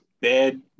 bad